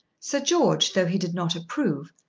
sir george, though he did not approve,